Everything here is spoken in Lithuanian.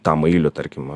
tą mailių tarkim